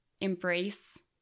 embrace